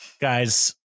Guys